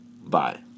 Bye